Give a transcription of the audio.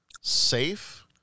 safe